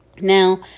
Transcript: Now